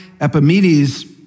Epimedes